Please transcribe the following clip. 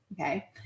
Okay